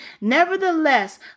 nevertheless